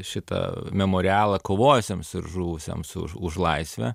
šitą memorialą kovojusiems ir žuvusiems už laisvę